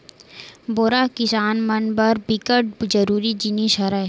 बोरा ह किसान मन बर बिकट जरूरी जिनिस हरय